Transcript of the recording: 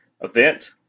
event